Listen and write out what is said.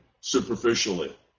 superficially